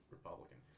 Republican